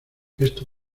esto